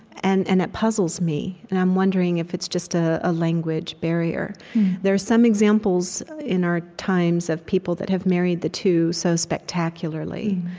and and it puzzles me, and i'm wondering if it's just a ah language barrier there are some examples, in our times, of people that have married the two so spectacularly,